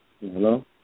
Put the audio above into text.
Hello